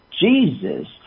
Jesus